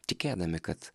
tikėdami kad